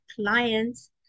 clients